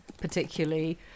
particularly